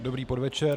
Dobrý podvečer.